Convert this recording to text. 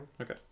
Okay